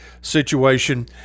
situation